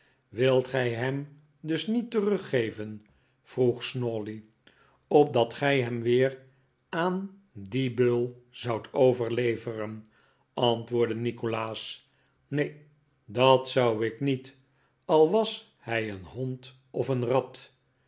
wilt gij hem dus niet teruggeven vroeg snawley opdat gij hem weer aan dien beul zoudt overleveren antwoordde nikolaas neen dat zou ik niet al was hij een hond of een rat